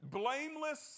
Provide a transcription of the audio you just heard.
blameless